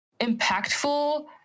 impactful